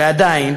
עדיין